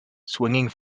swinging